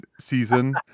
season